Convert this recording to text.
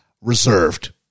reserved